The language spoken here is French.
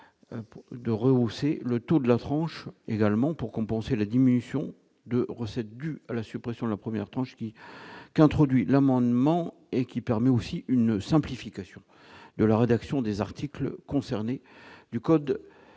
de rehausser le taux de la tranche également pour compenser la diminution de recettes due à la suppression de la première tranche qui qu'introduit l'amendement et qui permet aussi une simplification de la rédaction des articles concernés du code